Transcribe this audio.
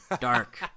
dark